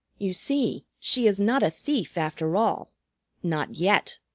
you see, she is not a thief, after all not yet,